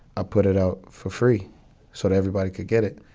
i put it out for free so that everybody could get it.